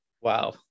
Wow